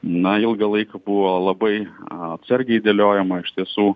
na ilgą laiką buvo labai atsargiai dėliojama iš tiesų